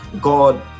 god